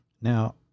Now